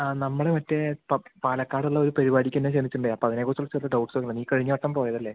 ആ നമ്മൾ മറ്റേ പ പാലക്കാടുള്ള ഒരു പരിപാടിക്ക് ചേർന്നിട്ടുണ്ട് അപ്പം അതിനെ കുറിച്ച് ഒരു ഡൗട്സ് ഉണ്ട് നീ കഴിഞ്ഞ വട്ടം പോയതല്ലേ